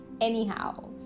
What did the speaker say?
Anyhow